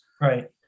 right